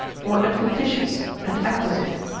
or adventitious and acquisite.